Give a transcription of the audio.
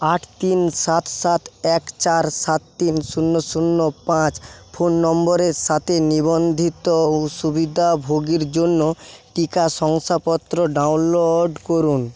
আট তিন সাত সাত এক চার সাত তিন শূন্য শূন্য পাঁচ ফোন নম্বরের সাথে নিবন্ধিত সুবিধাভোগীর জন্য টিকা শংসাপত্র ডাউনলোড করুন